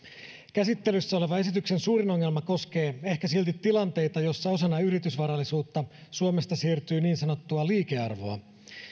käsittelyssä olevan esityksen suurin ongelma koskee ehkä silti tilanteita joissa osana yritysvarallisuutta suomesta siirtyy niin sanottua liikearvoa